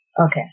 Okay